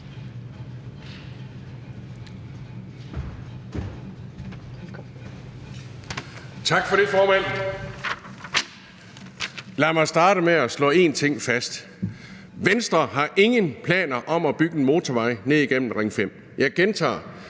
Tak for det, formand. Lad mig starte med at slå én ting fast. Venstre har ingen planer om at bygge en motorvej ned igennem Ring 5. Jeg gentager: